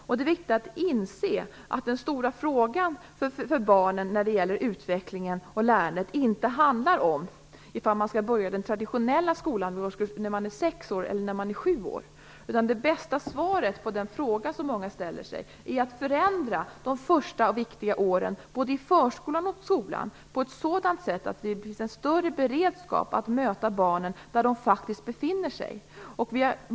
Det är också viktigt att inse att den stora frågan för barnen, när det gäller utvecklingen och lärandet, inte handlar om ifall man skall börja den traditionella skolan när man är sex eller sju år. Det bästa svaret på den fråga som många ställer sig är att man skall förändra de första och viktiga åren både i förskolan och i skolan på ett sådant sätt att det finns en större beredskap att möta barnen där de faktiskt befinner sig.